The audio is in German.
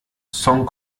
song